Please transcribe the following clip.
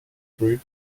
street